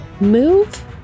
move